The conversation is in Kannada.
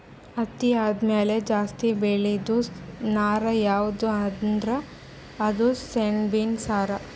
ಹತ್ತಿ ಆದಮ್ಯಾಲ ಜಾಸ್ತಿ ಬೆಳೇದು ನಾರ್ ಯಾವ್ದ್ ಅಂದ್ರ ಅದು ಸೆಣಬಿನ್ ನಾರ್